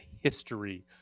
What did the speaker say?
history